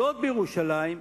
להיות בירושלים,